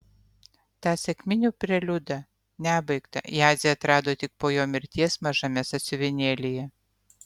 tą sekminių preliudą nebaigtą jadzė atrado tik po jo mirties mažame sąsiuvinėlyje